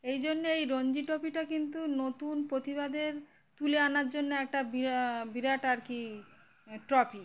এই জন্যে এই রঞ্জি ট্রফিটা কিন্তু নতুন প্রতিভাদের তুলে আনার জন্য একটা বিরা বিরাট আর কি ট্রফি